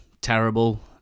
terrible